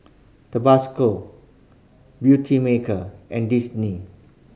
Tabasco Beautymaker and Disney